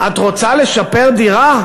את רוצה לשפר דירה?